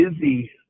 busy